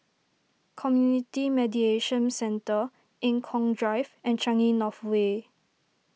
Community Mediation Centre Eng Kong Drive and Changi North Way